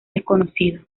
desconocido